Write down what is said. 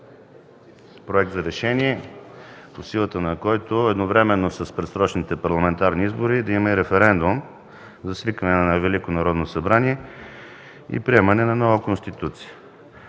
проект за решение, по силата на който едновременно с предсрочните парламентарни избори да има и референдум за свикване на Велико Народно събрание и приемане на нова Конституция.